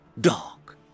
dark